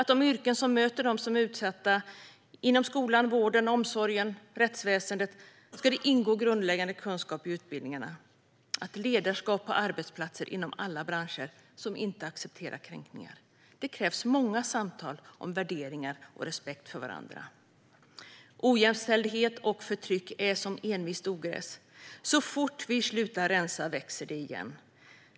I de yrken som möter utsatta inom skolan, vården, omsorgen och rättsväsendet ska det ingå grundläggande kunskap i utbildningarna. Ledarskap på arbetsplatser inom alla branscher ska inte acceptera kränkningar. Det krävs många samtal om värderingar och respekt för varandra. Ojämställdhet och förtryck är som envist ogräs. Så fort vi slutar att rensa växer det igen.